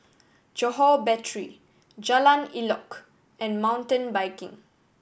Johore Battery Jalan Elok and Mountain Biking